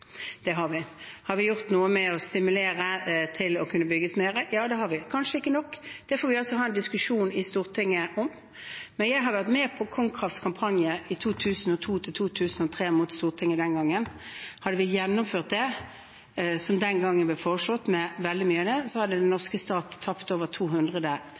det har vi. Har vi gjort noe med å stimulere til å kunne bygge mer? Ja, det har vi. Kanskje ikke nok – det får vi ha en diskusjon om i Stortinget. Men jeg har vært med på KonKrafts kampanje i 2000–2003 mot Stortinget den gangen. Hadde vi gjennomført det som den gangen ble foreslått med veldig mye mer, hadde den norske stat tapt